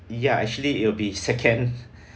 ya actually it'll be second